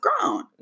grown